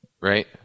Right